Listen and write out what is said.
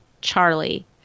Charlie